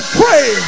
pray